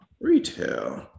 retail